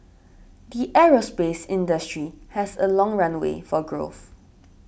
the aerospace industry has a long runway for growth